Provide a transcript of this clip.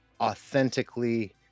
authentically